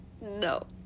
no